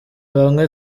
bamwe